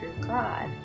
god